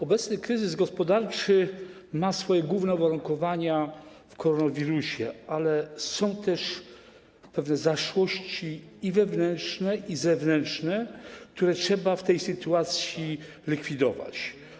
Obecny kryzys gospodarczy ma swoje główne uwarunkowania związane z koronawirusem, ale są też pewne zaszłości i wewnętrzne, i zewnętrzne, które trzeba w tej sytuacji likwidować.